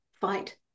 Fight